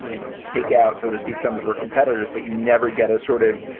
you know, take out, so to speak, some of her competitors. but you never get a sort of.